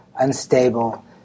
unstable